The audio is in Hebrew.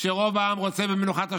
שרוב העם רוצה במנוחת השבת,